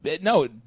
No